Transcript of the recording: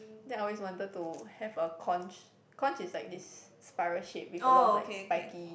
then I always wanted to have a conch conch is like this spiral shape with a lot of like spiky